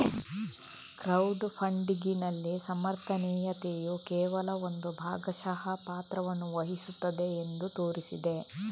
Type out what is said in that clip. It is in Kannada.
ಕ್ರೌಡ್ ಫಂಡಿಗಿನಲ್ಲಿ ಸಮರ್ಥನೀಯತೆಯು ಕೇವಲ ಒಂದು ಭಾಗಶಃ ಪಾತ್ರವನ್ನು ವಹಿಸುತ್ತದೆ ಎಂದು ತೋರಿಸಿದೆ